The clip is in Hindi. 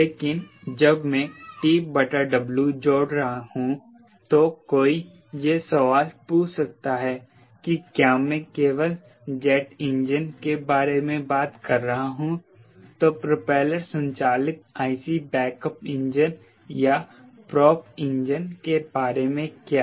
लेकिन जब मैं TW जोड़ रहा हूं तो कोई यह सवाल पूछ सकता है कि क्या मैं केवल जेट इंजन के बारे में बात कर रहा हूं तो प्रोपेलर संचालित IC बैकअप इंजन या प्रोप इंजन के बारे में क्या